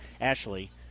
Ashley